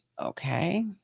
Okay